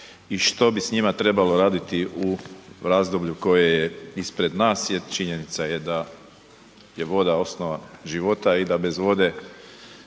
i što bi s njima trebalo raditi u razdoblju koje je ispred nas jer činjenica je da voda osnova života i da bez vode